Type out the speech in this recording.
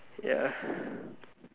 ya